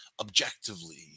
objectively